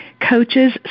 Coaches